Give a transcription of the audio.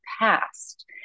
past